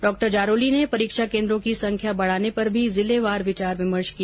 डॉ जारोली ने परीक्षा केंद्रों की संख्या बढाने पर भी जिलेवार विचार विमर्श किया